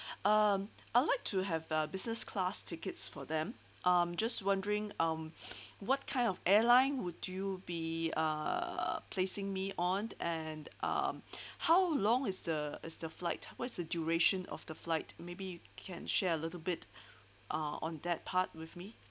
um I like to have a business class tickets for them I'm just wondering um what kind of airline would you be uh placing me on and um how long is the is the flight what's the duration of the flight maybe you can share a little bit uh on that part with me